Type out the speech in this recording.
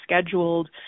scheduled